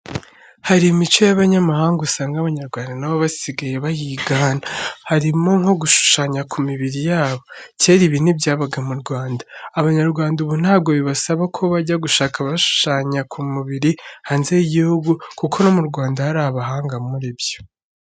Hari imico y'abanyamahanga usanga Abanyarwanda na bo basigaye bayigana, harimo nko gushushanya ku mibiri yabo, kera ibi ntibyabaga mu Rwanda. Abanyarwanda ubu ntabwo bibasaba ko bajya gushaka ubashushanya ku mubiri hanze y'igihugu kuko no mu Rwanda hari abahanga muri byo.